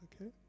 Okay